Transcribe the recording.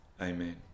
Amen